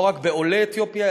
לא רק עולי אתיופיה,